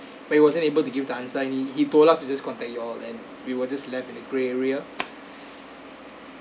but he wasn't able to give the answer and he he told us to just contact you all and we were just left in a gray area